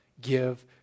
give